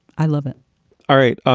i love it all right, ah